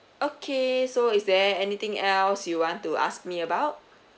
okay so is there anything else you want to ask me about